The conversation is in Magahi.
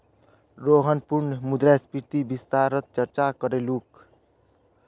रोहन पुनः मुद्रास्फीतित विस्तार स चर्चा करीलकू